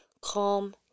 calm